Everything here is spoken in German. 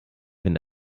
wenn